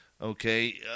Okay